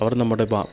അവർ നമ്മുടെ ഭാ